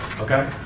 okay